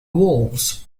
wolves